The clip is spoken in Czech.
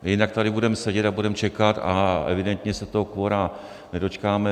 Jinak tady budeme sedět a budeme čekat a evidentně se toho kvora nedočkáme.